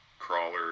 crawler